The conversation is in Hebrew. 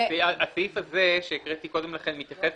הסעיף הזה שהקראתי קודם לכן, מתייחס